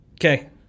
Okay